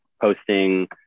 posting